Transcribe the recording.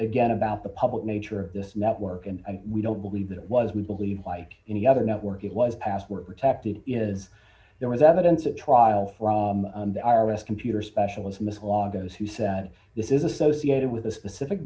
again about the public nature of this network and we don't believe that it was we believe like any other network it was password protected is there was evidence at trial from the i r s computer specialist in this law those who said this is associated with a specific